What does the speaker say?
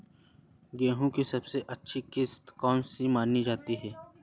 गेहूँ की सबसे अच्छी किश्त कौन सी मानी जाती है?